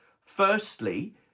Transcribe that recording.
firstly